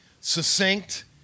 succinct